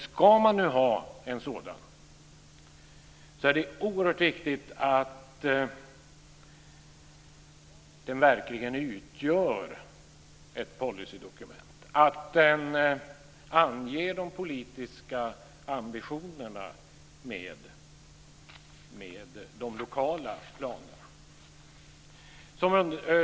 Skall man ha en sådan är det oerhört viktigt att den verkligen utgör ett policydokument, att den anger de politiska ambitionerna med de lokala planerna.